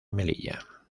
melilla